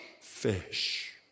fish